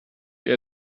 ihr